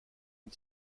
une